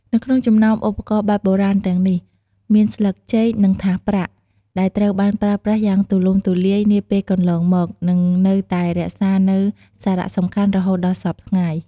នៅក្នុងចំណោមឧបករណ៍បែបបុរាណទាំងនេះ មានស្លឹកចេក និងថាសប្រាក់ ដែលត្រូវបានប្រើប្រាស់យ៉ាងទូលំទូលាយនាពេលកន្លងមក និងនៅតែរក្សានូវសារៈសំខាន់រហូតដល់សព្វថ្ងៃ។